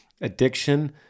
addiction